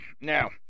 Now